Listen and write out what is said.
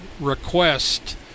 request